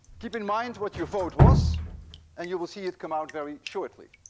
keep in mind what your vote was and you will see it come out very shortly.